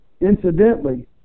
incidentally